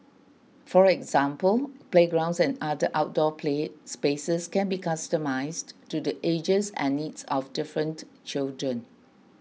for example playgrounds and other outdoor play spaces can be customized to the ages and needs of different children